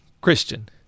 Christian